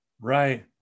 Right